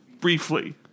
Briefly